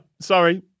sorry